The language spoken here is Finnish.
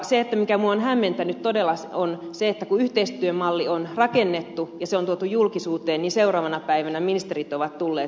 se mikä minua on hämmentänyt todella on se että kun yhteistyömalli on rakennettu ja se on tuotu julkisuuteen niin seuraavana päivänä ministerit ovat tulleet sanomaan